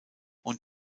und